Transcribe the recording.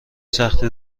سختی